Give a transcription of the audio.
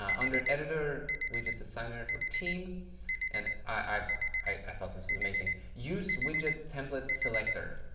under editor, widget designer for team and i i thought this was amazing. use widget template selector.